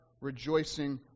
rejoicing